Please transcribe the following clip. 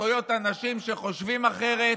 זכויות אנשים שחושבים אחרת.